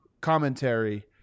commentary